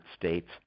States